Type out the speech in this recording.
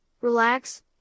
relax